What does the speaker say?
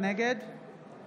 נגד